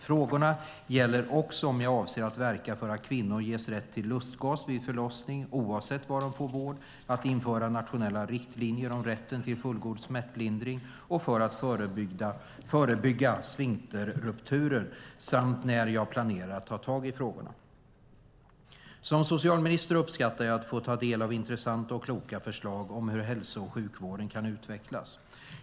Frågorna gäller också om jag avser att verka för att kvinnor ges rätt till lustgas vid förlossning oavsett var de får vård, för att införa nationella riktlinjer om rätten till fullgod smärtlindring och för att förebygga sfinkterrupturer samt när jag planerar att ta tag i frågorna. Som socialminister uppskattar jag att få ta del av intressanta och kloka förslag om hur hälso och sjukvården kan utvecklas.